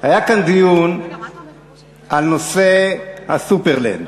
היה כאן דיון על נושא ה"סופרלנד",